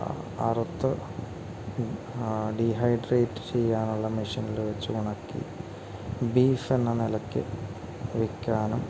അറുത്ത് ഡീഹൈഡ്രേറ്റ് ചെയ്യാനുള്ള മെഷീനിൽ വച്ചു ഉണക്കി ബീഫ് എന്ന നിലയ്ക്ക് വിൽക്കാനും